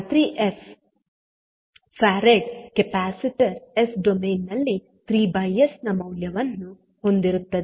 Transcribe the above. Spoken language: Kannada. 13 F 𝐹 farad capacitor S domain ನಲ್ಲಿ 3𝑠 ನ ಮೌಲ್ಯವನ್ನು ಹೊಂದುತ್ತದೆ